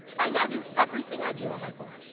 i now do everything i do on my phone.